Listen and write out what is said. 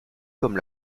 comme